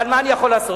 אבל מה אני יכול לעשות,